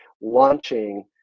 launching